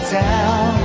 down